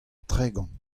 tregont